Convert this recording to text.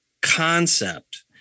concept